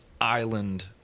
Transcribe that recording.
island